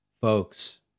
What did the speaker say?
folks